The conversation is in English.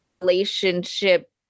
relationship